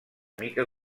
mica